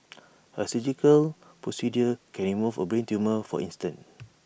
A surgical procedure can remove A brain tumour for instance